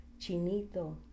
Chinito